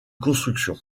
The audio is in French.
construction